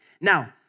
Now